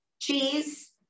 cheese